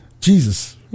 Jesus